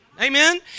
amen